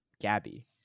Gabby